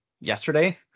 yesterday